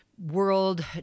world